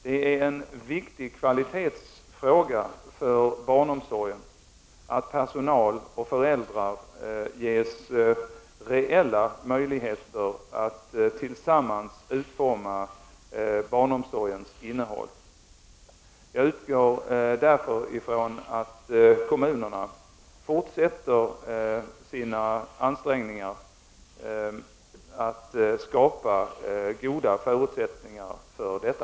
Det är en viktig kvalitetsfråga för barnomsorgen att personal och föräldrar ges reella möjligheter att tillsammans utforma barnomsorgens innehåll. Jag utgår därför ifrån att kommunerna fortsätter sina ansträngningar att skapa goda förutsättningar för detta.